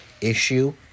issue